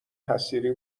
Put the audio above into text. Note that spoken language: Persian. حصیری